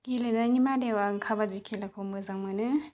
गेलेनायनि मादाव आं काबाडि खेलाखौ मोजां मोनो